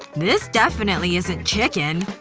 this definitely isn't chicken.